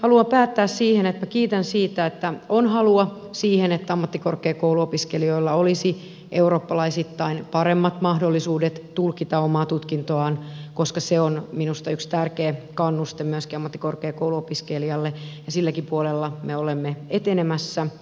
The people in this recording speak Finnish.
haluan päättää siihen että minä kiitän siitä että on halua siihen että ammattikorkeakouluopiskelijoilla olisi eurooppalaisittain paremmat mahdollisuudet tulkita omaa tutkintoaan koska se on minusta yksi tärkeä kannustin myöskin ammattikorkeakouluopiskelijalle ja silläkin puolella me olemme etenemässä